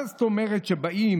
מה זאת אומרת שאומרים